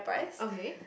okay